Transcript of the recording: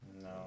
No